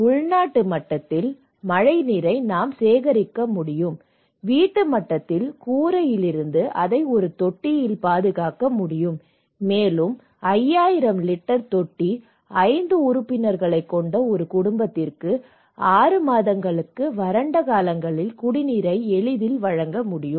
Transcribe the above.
உள்நாட்டு மட்டத்தில் மழைநீரை நாம் சேகரிக்க முடியும் வீட்டு மட்டத்தில் கூரையிலிருந்து அதை ஒரு தொட்டியில் பாதுகாக்க முடியும் மேலும் 5000 லிட்டர் தொட்டி 5 உறுப்பினர்களைக் கொண்ட ஒரு குடும்பத்திற்கு 6 மாதங்களுக்கு வறண்ட காலங்களில் குடிநீரை எளிதில் வழங்க முடியும்